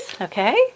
Okay